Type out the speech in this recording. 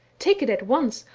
take it at once,